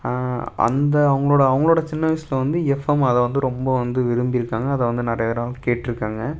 அந்த அவங்களோட அவங்களோட சின்ன வயதுல வந்து எஃப்எம் அதை வந்து ரொம்ப வந்து விரும்பி இருக்காங்க அதை வந்து நிறையா தடவை கேட்டிருக்காங்க